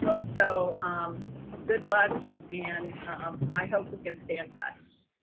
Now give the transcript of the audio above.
so good luck and i hope we can stay in touch.